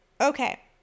Okay